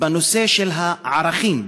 בנושא של הערכים,